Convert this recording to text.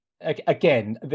again